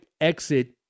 exit